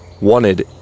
wanted